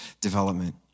development